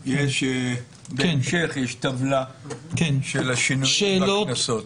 יש טבלה של השינויים והקנסות.